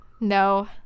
No